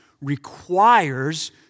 requires